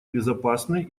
безопасные